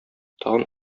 тагын